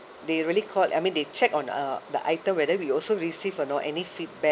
they really called I mean they check on uh the item whether we also receive or not any feedback